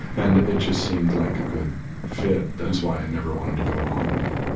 and it just seemed like a good fit. that's why i never wanted to go home.